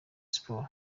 sport